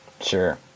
Sure